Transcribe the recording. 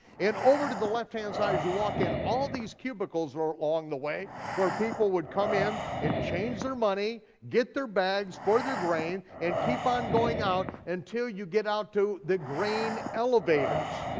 over to the left hand side as you walk in, all these cubicles are along the way where people would come in and change their money, get their bags for their grain, and keep on going out until you get out to the grain elevators.